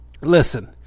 Listen